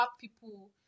people